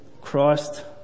Christ